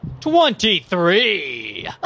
Twenty-three